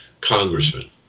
congressman